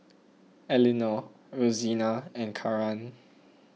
Elinore Rosina and Karan